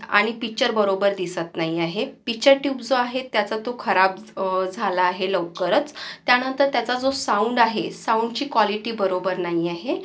आणि पिच्चर बरोबर दिसत नाही आहे पिच्चर ट्यूब जो आहे त्याचा तो खराब झाला आहे लवकरच त्यानंतर त्याचा जो साऊंड आहे साऊंडची कॉलिटी बरोबर नाही आहे